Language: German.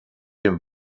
dem